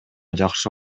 жакшы